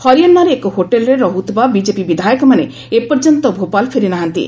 ହରିୟାଣାର ଏକ ହୋଟେଲ୍ରେ ରହ୍ରଥିବା ବିକେପି ବିଧାୟକମାନେ ଏପର୍ଯ୍ୟନ୍ତ ଭୋପାଳ ଫେରି ନାହାନ୍ତି